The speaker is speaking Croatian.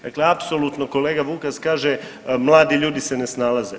Dakle, apsolutno kolega Vukas kaže, mladi ljudi se ne snalaze.